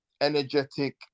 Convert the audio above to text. energetic